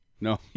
No